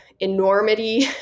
enormity